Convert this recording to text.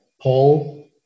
Paul